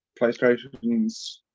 PlayStations